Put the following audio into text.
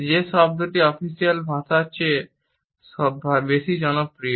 যে শব্দটি অফিসিয়াল ভাষার চেয়ে বেশি জনপ্রিয়